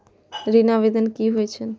ऋण आवेदन की होय छै?